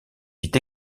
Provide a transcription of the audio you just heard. vit